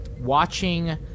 watching